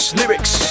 lyrics